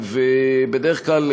בדרך כלל,